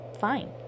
fine